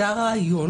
זה הרעיון,